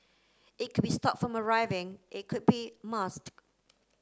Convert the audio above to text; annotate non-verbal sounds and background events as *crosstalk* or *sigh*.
it could be stop from arriving it could be *unintelligible*